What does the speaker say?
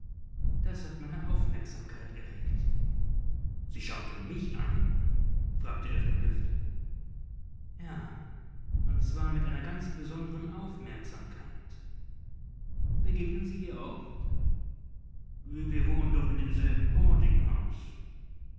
das hat meine aufmerksamkeit erregt sie schaute mich an fragte er verblüfft ja und zwar mit einer ganz besonderen aufmerksamkeit begegnen sie ihr oft wir wohnen doch in demselben